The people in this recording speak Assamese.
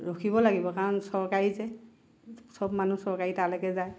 ৰখিব লাগিব কাৰণ চৰকাৰী যে চব মানুহ চৰকাৰী তালৈকে যায়